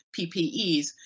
PPEs